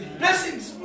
blessings